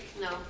No